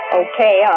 okay